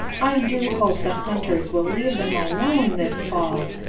i do hope the hunters will leave them alone this fall.